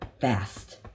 fast